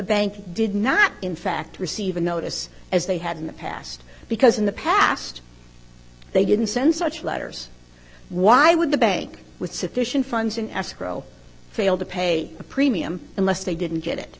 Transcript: bank did not in fact receive a notice as they had in the past because in the past they didn't send such letters why would the bank with sufficient funds in escrow fail to pay a premium unless they didn't get it